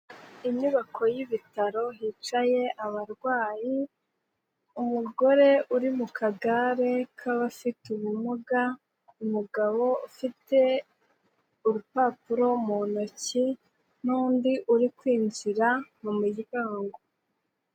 Inyubako y'ibitaro hicaye abarwayi, umugore uri mu kagare k'abafite ubumuga, umugabo ufite urupapuro mu ntoki n'undi uri kwinjira mu muryango.